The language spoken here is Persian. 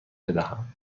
بدهم